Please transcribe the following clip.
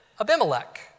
Abimelech